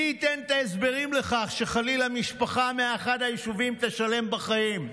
מי ייתן את ההסברים לכך שחלילה משפחה מאחד היישובים תשלם בחיים?